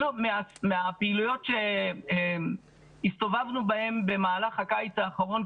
בפעילויות שהסתובבנו בהן במהלך הקיץ האחרון,